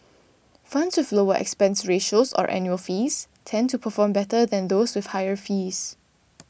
funds with lower expense ratios or annual fees tend to perform better than those with higher fees